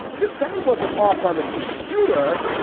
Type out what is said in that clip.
the sound wasn't off on the computer.